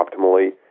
optimally